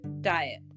diet